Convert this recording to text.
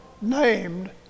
named